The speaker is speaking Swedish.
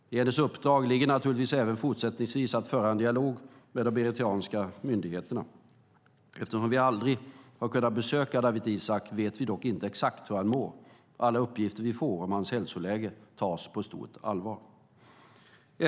I hennes uppdrag ligger naturligtvis även fortsättningsvis att föra en dialog med de eritreanska myndigheterna. Eftersom vi aldrig har kunnat besöka Dawit Isaak vet vi dock inte exakt hur han mår. Alla uppgifter vi får om hans hälsoläge tas på stort allvar.